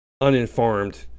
uninformed